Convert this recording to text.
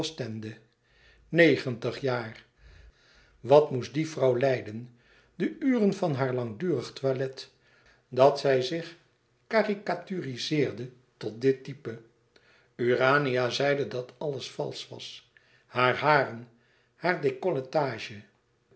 negentig jaar wat moest die vrouw lijden de uren van haar langdurig toilet dat zij zich karikaturizeerde tot dit type urania zeide dat alles valsch was haar haren haar décolletage